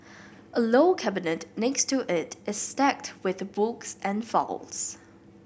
a low cabinet next to it is stacked with books and files